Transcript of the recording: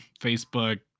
facebook